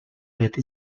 věty